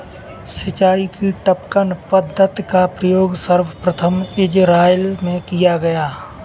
सिंचाई की टपकन पद्धति का प्रयोग सर्वप्रथम इज़राइल में किया गया